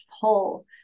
pull